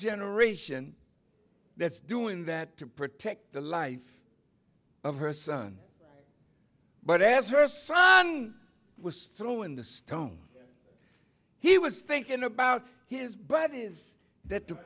generation that's doing that to protect the life of her son but as her son was through in the stone he was thinking about his but is that the